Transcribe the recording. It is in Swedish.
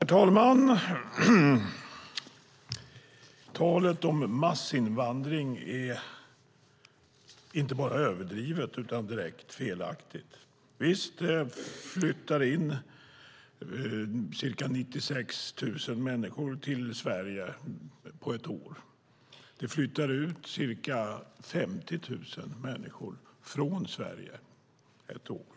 Herr talman! Talet om massinvandring är inte bara överdrivet utan direkt felaktigt. Visst flyttar ca 96 000 människor till Sverige ett år. Det flyttar ut ca 50 000 människor från Sverige ett år.